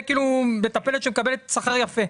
זה מטפלת שמקבלת שכר יפה.